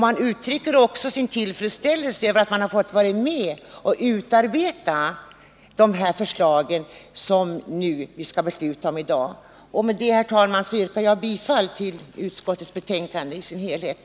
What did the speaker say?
Man uttrycker också sin tillfredsställelse över att ha fått vara med och utarbeta dessa förslag, som vi nu skall besluta om. Med detta, herr talman, yrkar jag bifall till utskottets hemställan på alla punkter.